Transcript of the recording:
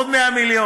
עוד 100 מיליון,